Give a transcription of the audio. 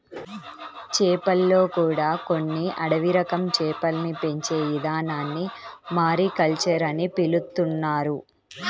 చేపల్లో కూడా కొన్ని అడవి రకం చేపల్ని పెంచే ఇదానాన్ని మారికల్చర్ అని పిలుత్తున్నారు